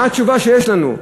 מה התשובה שיש לנו?